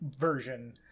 version